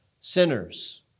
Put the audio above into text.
sinners